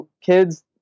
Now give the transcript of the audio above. kids